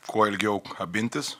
kuo ilgiau kabintis